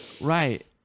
Right